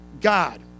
God